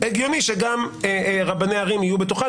הגיוני שגם רבני ערים יהיו בתוכה,